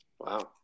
Wow